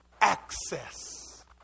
Access